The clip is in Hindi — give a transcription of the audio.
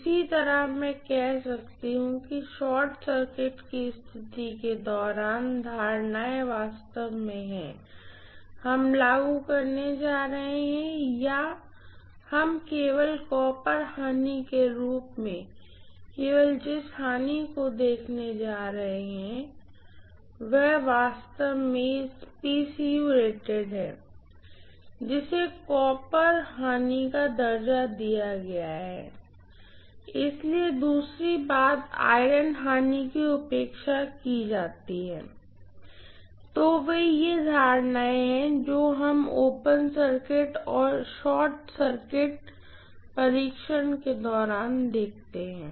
इसी तरह मैं कह सकती हूँ कि शॉर्ट सर्किट की स्थिति के दौरान धारणाएं वास्तव में हैं हम लागू करने जा रहे हैं या हम केवल कॉपर लॉस के रूप में केवल जिस लॉसको देखने जा रहे हैं और यह वास्तव में PCU रेटेड है जिसे कॉपर लॉस का दर्जा दिया गया है इसलिए दूसरी बात आयरन लॉस की उपेक्षा की जाती है तो ये वे धारणाएं हैं जो हम ओपन सर्किट और शॉर्टकट सर्किट परीक्षण के दौरान करते हैं